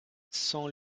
sans